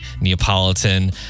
Neapolitan